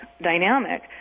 dynamic